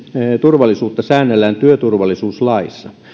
turvallisuutta säännellään työturvallisuuslaissa